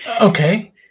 Okay